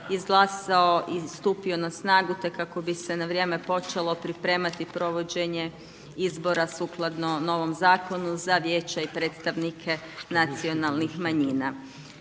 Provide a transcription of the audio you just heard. izglasao i stupio na snagu, te kako bi se na vrijeme počelo pripremati provođenje izbora sukladno novom zakonu za vijeće i predstavnike nacionalnih manjina.